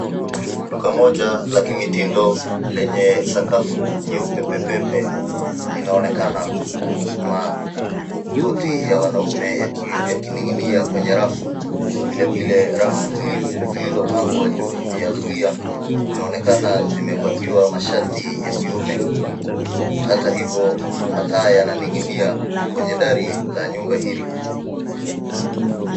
Duka moja la kimitindo lenye sakafu nyeupe pepepe linaonekana, huku makoti ya wanaume yakining'inia kwenye rafu. Vile vile, rafu zilizopangwa juu ya zulia zinaonekana zimepakiwa mashati ya kiume. Hata hivo mataa yananing'inia kwenye dari la nyumba hili.